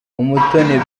umutoni